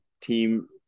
team